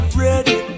ready